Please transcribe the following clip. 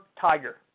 tiger